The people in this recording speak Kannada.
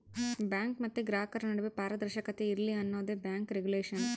ಬ್ಯಾಂಕ್ ಮತ್ತೆ ಗ್ರಾಹಕರ ನಡುವೆ ಪಾರದರ್ಶಕತೆ ಇರ್ಲಿ ಅನ್ನೋದೇ ಬ್ಯಾಂಕ್ ರಿಗುಲೇಷನ್